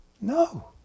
No